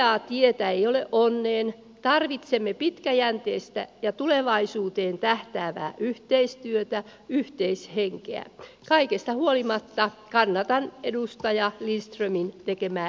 aa tietä ei ole onneen tarvitsemme pitkäjänteistä ja tulevaisuuteen tähtäävää yhteistyötä yhteishenkeä kaikesta huolimatta kannatan edustaja lindströmin tekemää